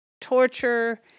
torture